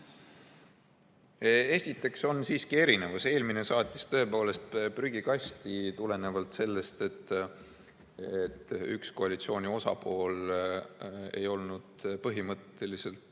Esiteks on siiski erinevus: eelmine saatis eelnõu tõepoolest prügikasti, tulenevalt sellest, et üks koalitsiooni osapool ei olnud põhimõtteliselt